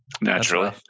Naturally